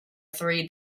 three